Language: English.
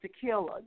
tequila